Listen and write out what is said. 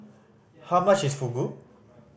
how much is Fugu